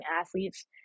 athletes